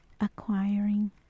acquiring